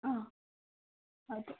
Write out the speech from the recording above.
ಹಾಂ ಓಕೆ